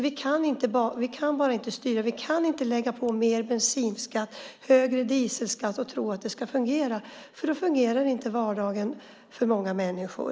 Vi kan inte lägga på högre bensinskatt och högre dieselskatt och tro att det ska fungera, för då fungerar inte vardagen för många människor.